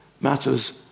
matters